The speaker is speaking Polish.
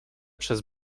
przez